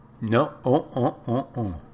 no